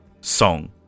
song